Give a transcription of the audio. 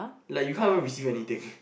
like you can't even receive anything